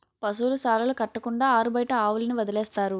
పశువుల శాలలు కట్టకుండా ఆరుబయట ఆవుల్ని వదిలేస్తారు